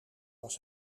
was